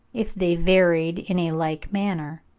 if they varied in a like manner,